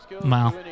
Wow